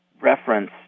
reference